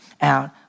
out